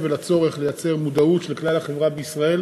ולצורך לייצר מודעות בקרב כלל החברה בישראל